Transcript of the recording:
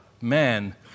man